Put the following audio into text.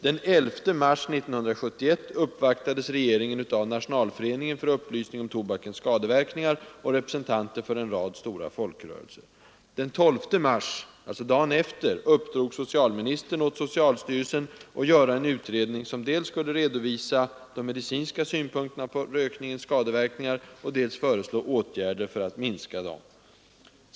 Den 11 mars 1971 uppvaktades regeringen av Nationalföreningen för upplysning om tobakens skadeverkningar och av representanter för en rad stora folkrörelser. Den 12 mars — alltså dagen efter — uppdrog socialministern åt socialstyrelsen att göra en utredning som skulle dels redovisa de medicinska synpunkterna på tobakens skadeverkningar, dels föreslå åtgärder för att minska dessa.